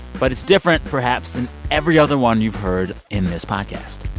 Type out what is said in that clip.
but it's different, perhaps, than every other one you've heard in this podcast.